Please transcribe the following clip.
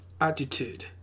attitude